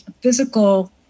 Physical